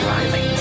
Riley